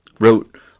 wrote